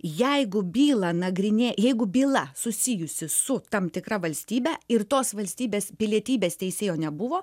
jeigu bylą nagrinėja jeigu byla susijusi su tam tikra valstybe ir tos valstybės pilietybės teisėjo nebuvo